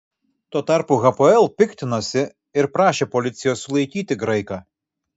tuo tarpu hapoel piktinosi ir prašė policijos sulaikyti graiką